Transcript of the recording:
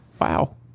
Wow